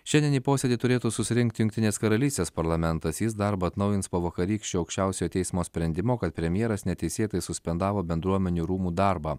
šiandien į posėdį turėtų susirinkti jungtinės karalystės parlamentas jis darbą atnaujins po vakarykščio aukščiausiojo teismo sprendimo kad premjeras neteisėtai suspendavo bendruomenių rūmų darbą